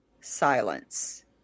silence